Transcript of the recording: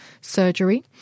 surgery